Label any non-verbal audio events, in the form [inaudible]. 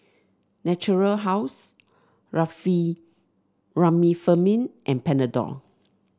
Natura House [unintelligible] Remifemin and Panadol